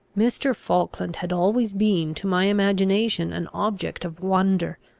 mr. falkland had always been to my imagination an object of wonder,